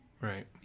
Right